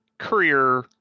Courier